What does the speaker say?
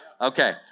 Okay